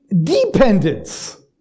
dependence